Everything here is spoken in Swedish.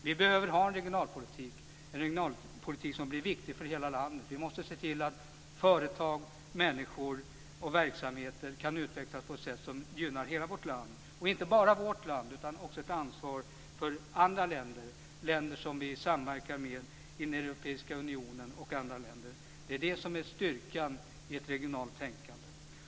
Vi behöver ha en regionalpolitik av vikt för hela landet. Vi måste se till att företag, människor och verksamheter kan utvecklas på ett sätt som gynnar hela vårt land. Och det gäller inte bara vårt land, utan vi har också ett ansvar för andra länder som vi samverkar med inom och utom Europeiska unionen. Detta är styrkan i ett regionalt tänkande.